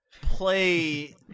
Play